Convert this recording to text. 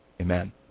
Amen